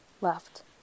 left